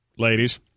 Ladies